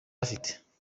afite